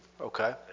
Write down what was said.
Okay